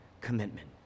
commitment